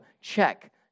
Check